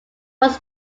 was